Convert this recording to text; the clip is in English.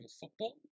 football